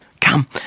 Come